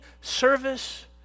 service